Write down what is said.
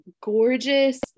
gorgeous